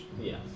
Yes